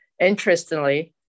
interestingly